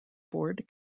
board